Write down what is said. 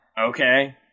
Okay